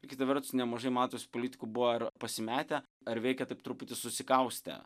ir kita vertus nemažai matosi politikų buvo ir pasimetę ar veikė taip truputį susikaustę